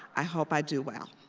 i hope i do well.